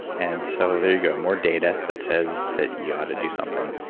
and so there you go, more data that says that you ought to do something.